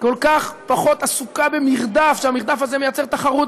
כל כך פחות עסוקה במרדף שיוצר תחרות,